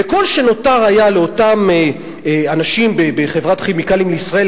וכל שנותר לאותם אנשים בחברת "כימיקלים לישראל",